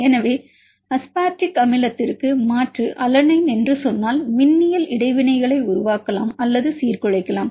எனவே அஸ்பார்டிக் அமிலத்திற்கு மாற்று அலனைன் என்று சொன்னால் மின்னியல் இடைவினைகளை உருவாக்கலாம் அல்லது சீர்குலைக்கலாம்